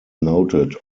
noted